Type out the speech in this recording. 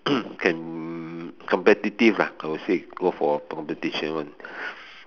can competitive lah I would say go for competition [one]